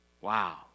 Wow